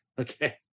Okay